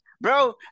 bro